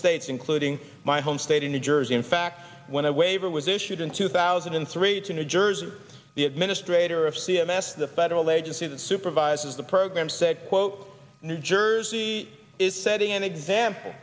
states including my home state of new jersey in fact when i waiver was issued in two thousand and three to new jersey the administrator of c m s the federal agency that supervises the program said quote new jersey is setting an example